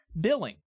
billing